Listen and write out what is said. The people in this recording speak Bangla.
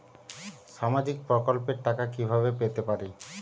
সামাজিক প্রকল্পের টাকা কিভাবে পেতে পারি?